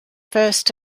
first